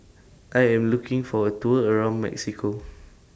I Am looking For A Tour around Mexico